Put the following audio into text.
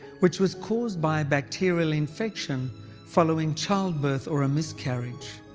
which was caused by bacterial infection following childbirth or a miscarriage.